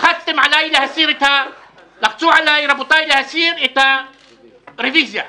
לחצו עליי להסיר את הרביזיה.